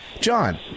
john